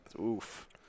Oof